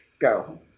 Go